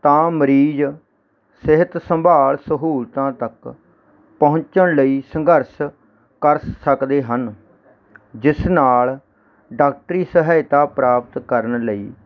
ਤਾਂ ਮਰੀਜ਼ ਸਿਹਤ ਸੰਭਾਲ ਸਹੂਲਤਾਂ ਤਕ ਪਹੁੰਚਣ ਲਈ ਸੰਘਰਸ਼ ਕਰ ਸਕਦੇ ਹਨ ਜਿਸ ਨਾਲ ਡਾਕਟਰੀ ਸਹਾਇਤਾ ਪ੍ਰਾਪਤ ਕਰਨ ਲਈ